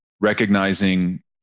recognizing